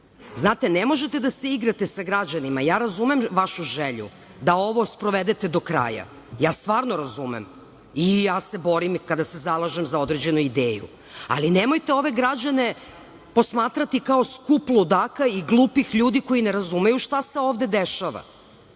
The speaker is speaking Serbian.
Znate, ne možete da se igrate sa građanima. Razumem vašu želju da ovo sprovedete do kraja, stvarno razumem i ja se borim kada se zalažem za određenu ideju, ali nemojte ove građane posmatrati kao skup ludaka i glupih ljudi koji ne razumeju šta se ovde dešava.